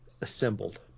assembled